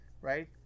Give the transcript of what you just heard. right